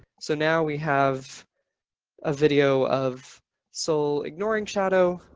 so now we have a video of soul, ignoring shadow.